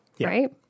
right